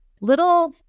Little